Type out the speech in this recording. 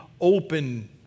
open